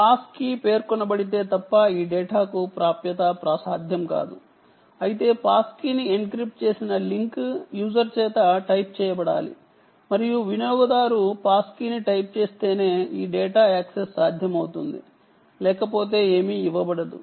pass key పేర్కొనబడితే తప్ప ఈ డేటాకు ప్రాప్యత సాధ్యం కాదు అయితే పాస్ కీని ఎన్క్రిప్ట్ చేసిన లింక్ యూజర్ చేత టైప్ చేయబడాలి మరియు వినియోగదారులు పాస్ కీని టైప్ చేస్తేనే ఈ డేటా యాక్సెస్ సాధ్యమవుతుంది లేకపోతే ఏమీ ఇవ్వబడదు